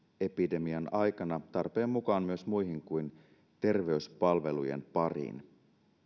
epidemian aikana tarpeen mukaan myös muiden kuin terveyspalvelujen pariin